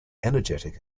energetic